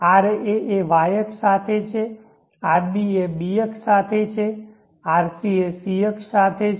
તો ra એ y અક્ષ સાથે છે rb એ B અક્ષ સાથે છે rc એ C અક્ષ સાથે છે